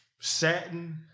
satin